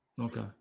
Okay